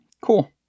cool